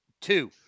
two